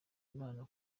imana